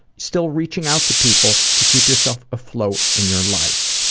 still reaching out to people to keep yourself afloat in your life.